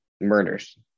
murders